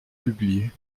publié